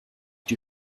die